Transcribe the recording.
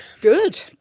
Good